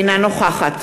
אינה נוכחת